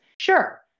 sure